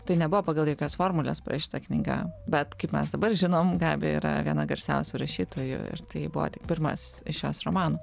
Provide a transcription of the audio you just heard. tai nebuvo pagal jokias formules parašyta knyga bet kaip mes dabar žinom gabija yra viena garsiausių rašytojų ir tai buvo tik pirmas iš jos romanų